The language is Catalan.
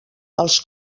els